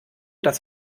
das